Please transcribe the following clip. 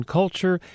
culture